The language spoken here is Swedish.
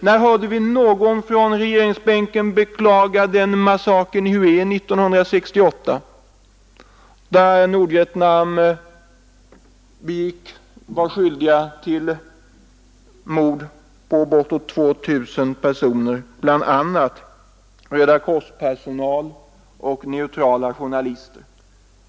När hörde vi någon från regeringsbänken beklaga massakern i Hué 1968 där Nordvietnam begick mord på bortåt 2 000 personer, bl.a. rödakortspersonal och neutrala journalister?